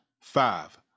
five